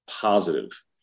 positive